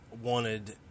wanted